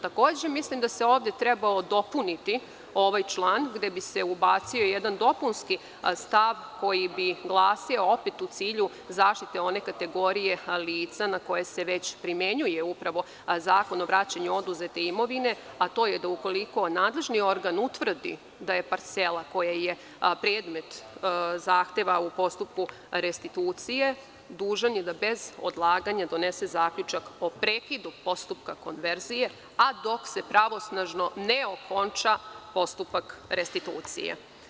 Takođe, mislim da bi ovde trebalo dopuniti ovaj član, gde bi se ubacio jedan dopunski stav, koji bi glasio - opet u cilju zaštite one kategorije lica na koje se već primenjuje upravo Zakon o vraćanju oduzet imovine, a to je da ukoliko nadležni organ utvrdi da je parcela koja je predmet zahteva u postupku restitucije, dužan je da bez odlaganja donese zaključak o prekidu postupka konverzije, a dok se pravosnažno ne okonča postupak restitucije.